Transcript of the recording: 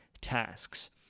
tasks